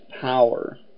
power